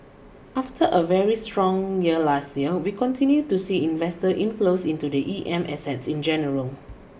after a very strong year last year we continue to see investor inflows into the E M assets in general